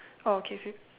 oh okay